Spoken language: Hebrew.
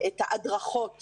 את ההדרכות